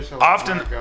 often